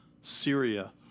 Syria